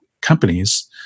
companies